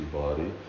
body